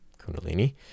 Kundalini